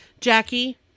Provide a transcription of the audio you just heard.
Jackie